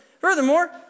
Furthermore